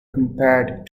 compared